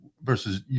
versus